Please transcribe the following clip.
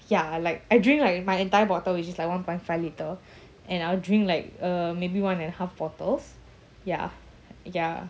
ya like I drink like my entire bottle which is like one point five litre and I'll drink like uh maybe one and a half bottles ya ya